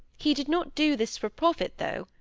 he did not do this for profit, though,